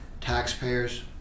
Taxpayers